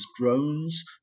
drones